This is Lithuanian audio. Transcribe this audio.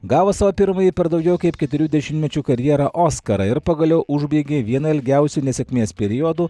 gavo savo pirmąjį per daugiau kaip keturių dešimtmečių karjerą oskarą ir pagaliau užbaigė vieną ilgiausių nesėkmės periodų